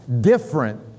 different